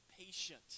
patient